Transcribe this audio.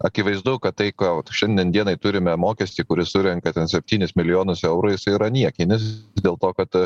akivaizdu kad tai ką vat šiandien dienai turime mokestį kuris surenka ten septynis milijonus eurų jisai yra niekinis dėl to kad